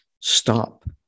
stop